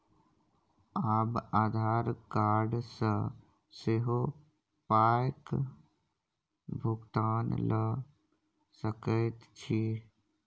आब आधार कार्ड सँ सेहो पायक भुगतान ल सकैत छी